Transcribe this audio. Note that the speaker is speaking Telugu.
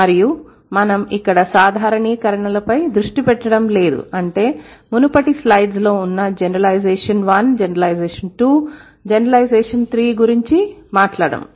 మరియు మనం ఇక్కడ సాధారణీకరణలపై దృష్టి పెట్టడం లేదు అంటే మునుపటి స్లైడ్లలో ఉన్న జెన్ 1 జెన్ 2 జెన్ 3 గురించి మాట్లాడము